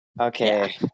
Okay